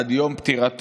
עד יום פטירתו,